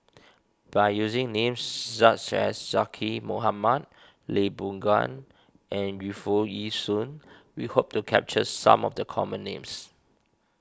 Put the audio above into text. by using names such as Zaqy Mohamad Lee Boon Ngan and Yu Foo Yee Shoon we hope to capture some of the common names